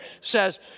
says